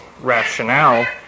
rationale